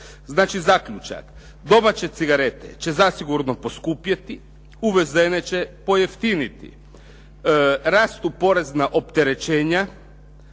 Znači, zaključak. Domaće cigarete će zasigurno poskupjeti, uvezene će pojeftiniti. Rastu porezna opterećenja